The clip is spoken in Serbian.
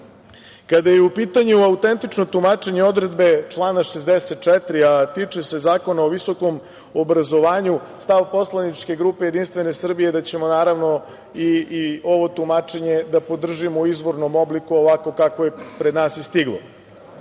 je u pitanju autentično tumačenje odredbe člana 64, a tiče se Zakona o visokom obrazovanju, stav poslaničke grupe JS je da ćemo naravno i ovo tumačenje da podržimo u izvornom obliku ovakvo kako je pred nas i stiglo. Moram